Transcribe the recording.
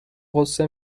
غصه